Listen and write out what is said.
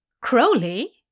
Crowley